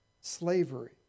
slavery